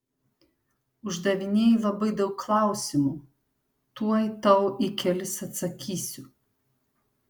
uždavinėji labai daug klausimų tuoj tau į kelis atsakysiu